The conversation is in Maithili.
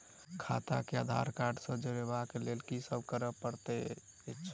खाता केँ आधार सँ जोड़ेबाक लेल की सब करै पड़तै अछि?